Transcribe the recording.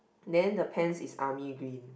then the pants is army green